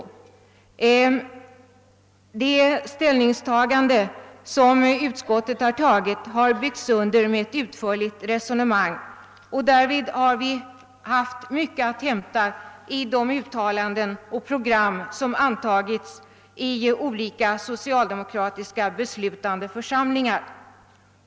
Utskottets ställningstagande har byggts under med ett utförligt resonemang, och därvid har vi haft mycket att hämta i de uttalanden och program som antagits i olika socialdemokratiska beslutande församlingar.